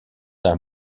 d’un